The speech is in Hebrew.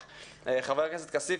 חבר הכנסת כסיף,